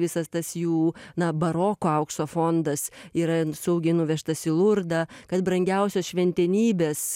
visas tas jų na baroko aukso fondas yra saugiai nuvežtas į lurdą kad brangiausios šventenybės